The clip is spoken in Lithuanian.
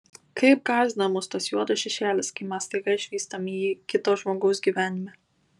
kaip gąsdina mus tas juodas šešėlis kai mes staiga išvystam jį kito žmogaus gyvenime